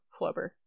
flubber